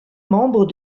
membres